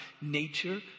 nature